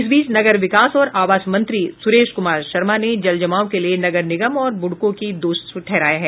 इस बीच नगर विकास और आवास मंत्री सुरेश कुमार शर्मा ने जलजमाव के लिये नगर निगम और बुडको को दोषी ठहराया है